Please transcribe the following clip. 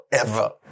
forever